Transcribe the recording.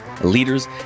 leaders